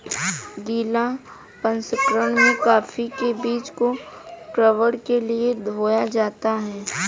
गीला प्रसंकरण में कॉफी के बीज को किण्वन के लिए धोया जाता है